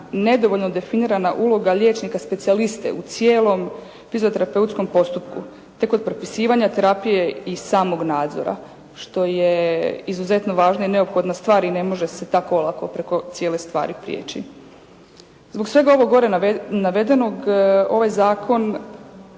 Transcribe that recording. nedovoljno definirana uloga liječnika specijaliste u cijelom fizioterapeutskom postupku, te kod propisivanja terapije i samog nadzora što je izuzetno važno i neophodna stvar i ne može se tako olako preko cijele stvari prijeći. Zbog svega ovog gore navedenog ovaj zakon,